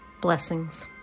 Blessings